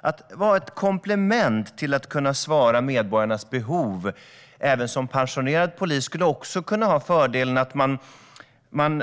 Att vara ett komplement och kunna svara på medborgarnas behov även som pensionerad polis skulle också kunna ha fördelen att man